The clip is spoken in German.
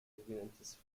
sogenanntes